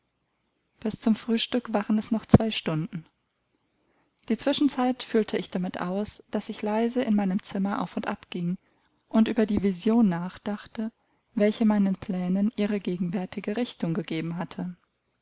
bis zum frühstück waren es noch zwei stunden die zwischenzeit füllte ich damit aus daß ich leise in meinem zimmer auf und abging und über die vision nachdachte welche meinen plänen ihre gegenwärtige richtung gegeben hatte